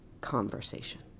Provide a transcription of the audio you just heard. conversation